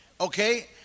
okay